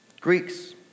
Greeks